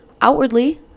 Outwardly